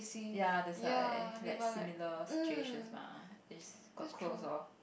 ya that's like like similar situations mah is got close lor